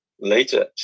later